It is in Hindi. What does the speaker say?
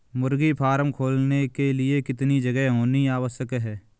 मुर्गी फार्म खोलने के लिए कितनी जगह होनी आवश्यक है?